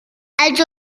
also